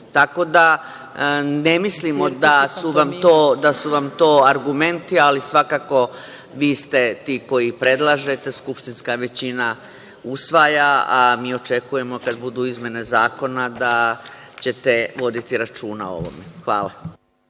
delu. Tako da, ne mislimo da su vam to argumenti, ali svakako vi ste ti koji predlažete, skupštinska većina usvaja, a mi očekujemo kada budu izmene zakona da ćete voditi računa o ovome. Hvala.